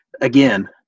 again